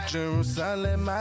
Jerusalem